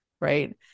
right